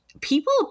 people